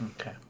Okay